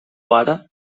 pare